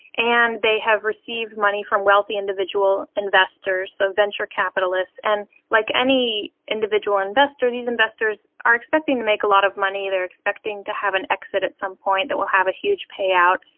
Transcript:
and they have received money from wealthy individual investors, so venture capitalists. and like any individual investor, these investors are expecting to make a lot of money, they are expecting to have an exit at some point that will have a huge payout.